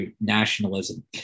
nationalism